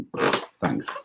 Thanks